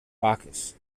bacchus